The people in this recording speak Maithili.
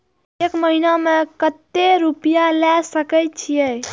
एक महीना में केते रूपया ले सके छिए?